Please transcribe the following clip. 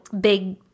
big